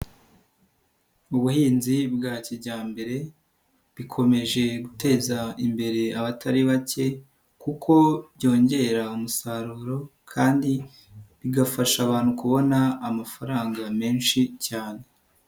Ubuhinzi bwa kijyambere bikomeje guteza imbere abatari bake kuko byongera umusaruro kandi bigafasha abantu kubona amafaranga menshi cyane.